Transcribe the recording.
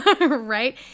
right